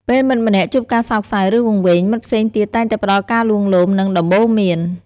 ពេលមិត្តម្នាក់ជួបការសោកសៅ ឬវង្វេង មិត្តផ្សេងទៀតតែងតែផ្តល់ការលួងលោម និងដំបូន្មាន។